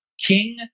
King